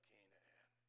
Canaan